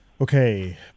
Okay